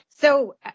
so-